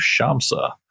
Shamsa